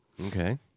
Okay